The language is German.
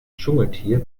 dschungeltier